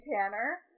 Tanner